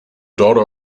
daughter